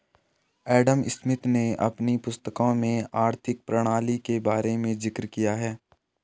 Adam Smith ने अपनी पुस्तकों में आर्थिक प्रणाली के बारे में जिक्र किया है